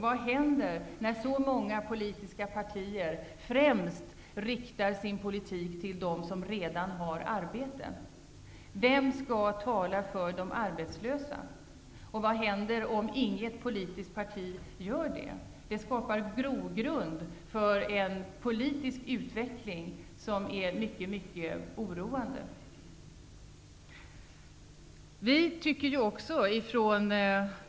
Vad händer när så många politiska partier främst riktar sin politik till dem som redan har arbete? Vem skall tala för de arbetslösa? Vad händer om inget politiskt parti gör det? Det skapar grogrund för en politisk utveckling som är mycket oroande.